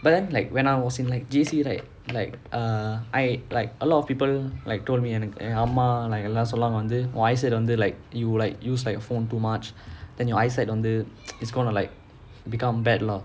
but then like when I was in like J_C right like err I like a lot of people like told me என் அம்மா எல்லாம் சொன்னாங்க வந்து உன்:en amma ellaam sonnaanga vanthu un eyesight வந்து:vanthu like you like use like the phone too much then your eyesight வந்து:vanthu it's gonna like become bad lor